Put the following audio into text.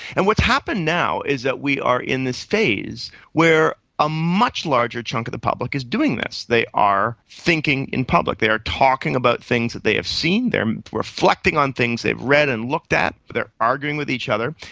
and what has happened now is that we are in this phase where a much larger chunk of the public is doing this, they are thinking in public, they are talking about things that they have seen, they're reflecting on things they've read and looked at, they're arguing with each other.